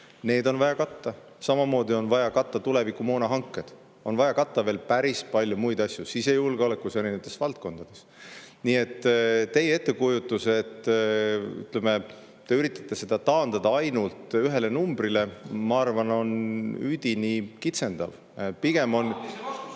see on vaja katta. Samamoodi on vaja katta tuleviku moonahanked ja on vaja katta veel päris palju muid asju sisejulgeolekus ja erinevates valdkondades. Nii et teie ettekujutus, et te üritate seda taandada ainult ühele numbrile, ma arvan, on üdini kitsendav. Pigem on ...